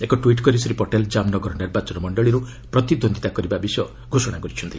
ଏକ ଟ୍ୱିଟ୍ କରି ଶ୍ରୀ ପଟେଲ୍ ଜାମ୍ନଗର ନିର୍ବାଚନ ମଣ୍ଡଳୀରୁ ପ୍ରତିଦ୍ୱନ୍ଦ୍ୱିତା କରିବା ବିଷୟ ଘୋଷଣା କରିଛନ୍ତି